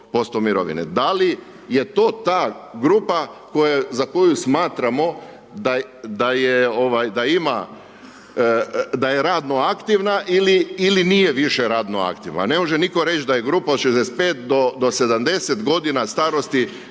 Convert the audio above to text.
mirovine. Da li je to ta grupa za koju smatramo da je radno aktivna ili nije više radno aktivna. Ne može nitko reći da je grupa od 65 do 70 godina starosti